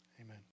Amen